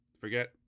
forget